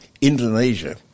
Indonesia